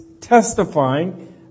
testifying